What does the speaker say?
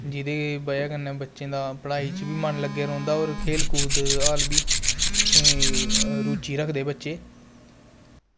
जेह्दी बजह कन्नै बच्चे दा पढ़ाई च बी मन लग्गे दा रौह्ंदा होर खेल कुद हाल बी रुचि रक्खदे बच्चे